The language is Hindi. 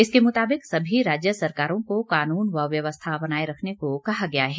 इसके मुताबिक सभी राज्य सरकारों को कानून व व्यवस्था बनाए रखने को कहा गया है